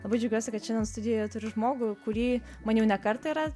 labai džiaugiuosi kad šiandien studijoje turiu žmogų kurį man jau ne kartą yra